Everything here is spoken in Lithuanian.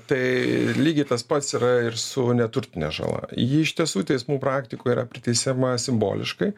tai lygiai tas pats yra ir su neturtine žala ji iš tiesų teismų praktikoj yra priteisiama simboliškai